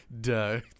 Duh